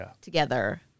together